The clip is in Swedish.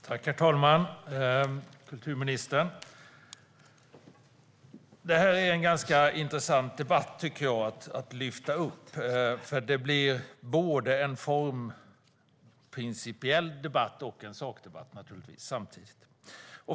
Herr talman! Detta är en ganska intressant debatt att lyfta upp, för det blir en principiell debatt och en sakdebatt samtidigt.